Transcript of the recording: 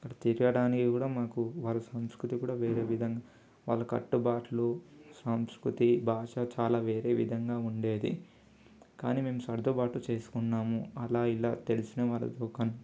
అక్కడ తిరగడానికి కూడా మాకు వాళ్ళ సంస్కృతి కూడా వేరే విధంగా వాళ్ళ కట్టుబాట్లు సంస్కృతి భాష చాలా వేరే విధంగా ఉండేది కానీ మేము సర్దుబాటు చేస్కున్నాము అలా ఇలా తెలిసిన వాళ్ళతూ కం